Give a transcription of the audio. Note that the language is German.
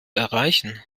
erreichen